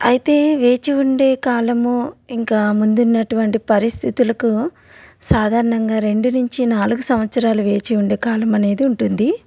అయితే వేచి ఉండే కాలము ఇంకా ముందున్నటువంటి పరిస్థితులకు సాధారణంగా రెండు నుంచి నాలుగు సంవత్సరాలు వేచి ఉండే కాలం అనేది ఉంటుంది